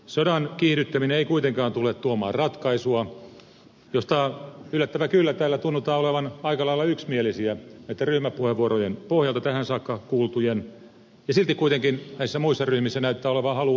sodan kiihdyttäminen ei kuitenkaan tule tuomaan ratkaisua mistä yllättävää kyllä täällä tunnutaan olevan aika lailla yksimielisiä näitten ryhmäpuheenvuorojen pohjalta tähän saakka kuultujen ja silti kuitenkin näissä muissa ryhmissä näyttää olevan halu lisätä sotilaita